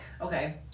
Okay